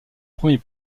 premier